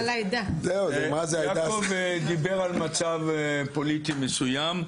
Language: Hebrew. יעקב דיבר על מצב פוליטי מסוים.